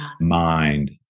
mind